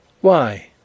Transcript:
Why